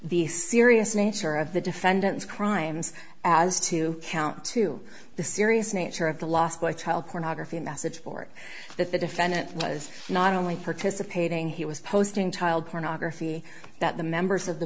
the serious nature of the defendant's crimes as to count two the serious nature of the last like child pornography a message board that the defendant was not only participating he was posting child pornography that the members of the